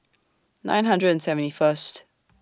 nine hundred and seventy First